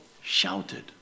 shouted